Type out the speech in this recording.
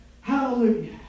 Hallelujah